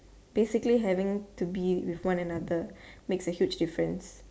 basically having to be with one another makes a huge difference